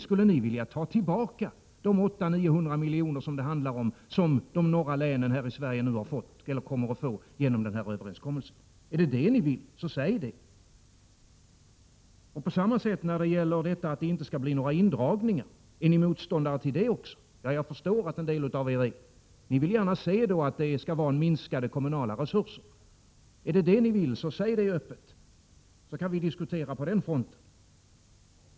Skulle ni vilja ta tillbaka de 800-900 miljoner som det handlar om och som de norra länen i Sverige nu kommer att få genom den här överenskommelsen? Är det det ni vill, så säg det! Är ni på samma sätt motståndare till detta att det inte skall bli några indragningar? Jag förstår att en del av er är det. Ni vill gärna se att det blir minskade kommunala resurser. Är det det ni vill, så säg det öppet, så kan vi diskutera på den fronten.